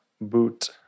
Boot